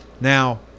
Now